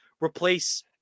Replace